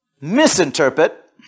misinterpret